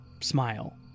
smile